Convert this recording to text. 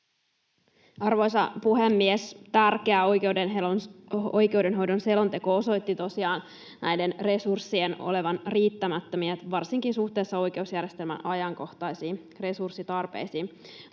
Arvoisa puhemies! Tärkeä oikeudenhoidon selonteko osoitti tosiaan näiden resurssien olevan riittämättömiä, varsinkin suhteessa oikeusjärjestelmän ajankohtaisiin resurssitarpeisiin.